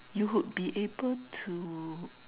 you would be able to